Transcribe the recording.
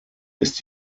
ist